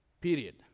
Period